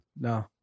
No